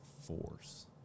force